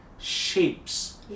shapes